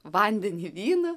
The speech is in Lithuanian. vandenį vynu